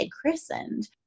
christened